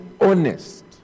honest